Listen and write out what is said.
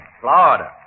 Florida